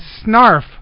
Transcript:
Snarf